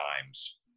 times